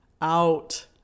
out